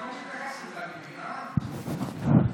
אתה לא מתייחס לזה, אני מבין,